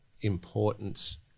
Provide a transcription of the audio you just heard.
importance